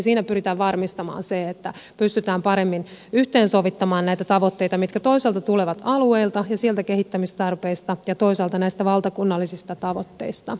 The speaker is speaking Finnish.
siinä pyritään varmistamaan se että pystytään paremmin yhteensovittamaan näitä tavoitteita mitkä toisaalta tulevat alueilta ja sieltä kehittämistarpeista ja toisaalta näistä valtakunnallisista tavoitteista